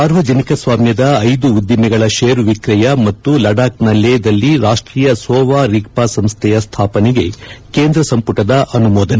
ಸಾರ್ವಜನಿಕ ಸ್ವಾಮ್ಯದ ಐದು ಉದ್ದಿಮೆಗಳ ಷೇರುವಿಕ್ರಯ ಮತ್ತು ಲಡಾಕ್ನ ಲೇಹ್ದಲ್ಲಿ ರಾಷ್ಟ್ರೀಯ ಸೋವಾ ರಿಗ್ವಾ ಸಂಸ್ಥೆಯ ಸ್ಥಾಪನೆಗೆ ಕೇಂದ್ರ ಸಂಪುಟದ ಅನುಮೋದನೆ